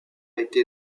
été